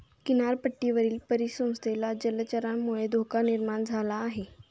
किनारपट्टीवरील परिसंस्थेला जलचरांमुळे धोका निर्माण झाला आहे